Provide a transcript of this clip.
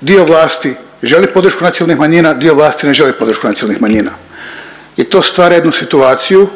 dio vlasti želi podršku nacionalnih manjina, dio vlasti ne želi podršku nacionalnih manjina. I to stvara jednu situaciju